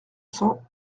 cent